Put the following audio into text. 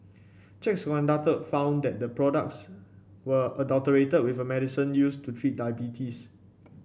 checks conducted found that the products were adulterated with a medicine used to treat diabetes